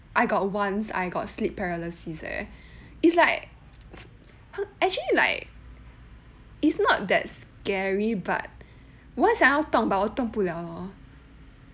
I got once I got sleep paralysis eh it's like actually like it's not that's scary but 我很想要动 but 我动不了